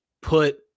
put